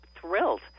thrilled